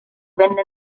venne